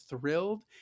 thrilled